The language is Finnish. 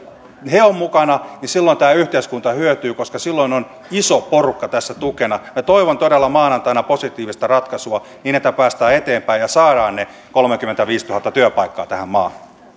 he ovat mukana niin tämä yhteiskunta hyötyy koska silloin on iso porukka tässä tukena minä toivon todella maanantaina positiivista ratkaisua niin että päästään eteenpäin ja saadaan ne kolmekymmentäviisituhatta työpaikkaa tähän maahan